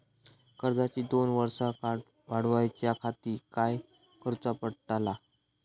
कर्जाची दोन वर्सा वाढवच्याखाती काय करुचा पडताला?